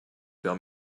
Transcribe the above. vers